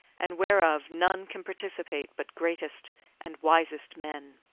and whereof none can participate but greatest and wisest men.